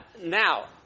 Now